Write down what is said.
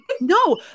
No